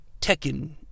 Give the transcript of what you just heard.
Tekken